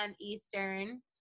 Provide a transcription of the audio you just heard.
Eastern